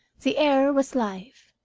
the air was life,